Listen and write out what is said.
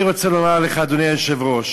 אני רוצה לומר לך, אדוני היושב-ראש,